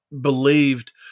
believed